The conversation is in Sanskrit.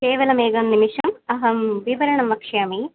केवलम् एकं निमिषम् अहं विवरणं वक्ष्यामि